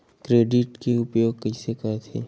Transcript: Credit के उपयोग कइसे करथे?